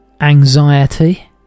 anxiety